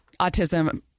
autism